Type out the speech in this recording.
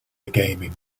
gaming